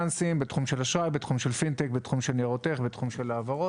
של אשראי, פינטק, ניירות ערך או העברות.